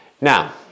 Now